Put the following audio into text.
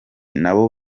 nabo